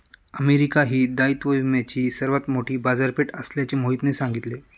America ही दायित्व विम्याची सर्वात मोठी बाजारपेठ असल्याचे मोहितने सांगितले